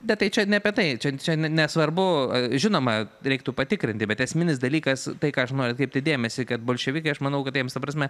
bet tai čia ne apie tai čia ne nesvarbu žinoma reiktų patikrinti bet esminis dalykas tai ką aš noriu atkreipti dėmesį kad bolševikai aš manau kad jiems ta prasme